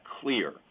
clear